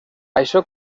això